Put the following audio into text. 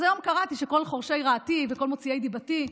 אז היום קראתי שכל חורשי רעתי וכל מוציאי דיבתי,